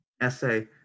essay